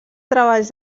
treballs